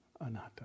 anatta